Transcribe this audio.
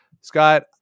Scott